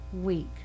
week